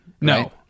No